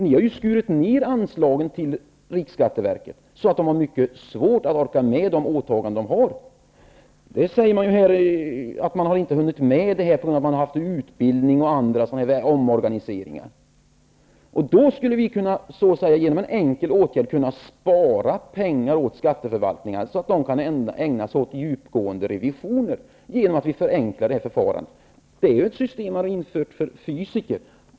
Ni har ju skurit ner anslaget till riksskatteverket, så att man där har mycket svårt att orka med sina åtaganden. Man säger ju att man inte har hunnit med detta på grund av att man har utbildning och omorganiseringar. Då skulle vi kunna spara pengar åt skatteförvaltningarna, så att de kan ägna sig åt djupgående revisioner, genom att vi förenklar förfarandet. Det är ju ett system som man har infört för fysiker.